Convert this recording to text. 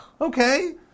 Okay